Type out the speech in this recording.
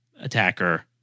attacker